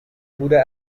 بوده